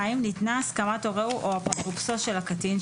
ניתנה הסכמת הורהו או אפוטרופסו של הקטין,